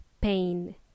pain